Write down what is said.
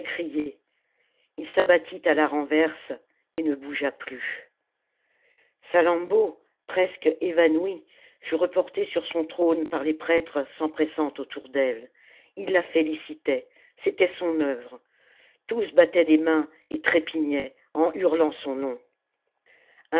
ii s'abattit à la renverse et ne bougea plus salammbô presque évanouie fut reportée sur son trône par les prêtres s'empressant autour d'elle ils la félicitaient c'était son œuvre tous battaient des mams et trépignaient en hurlant son nom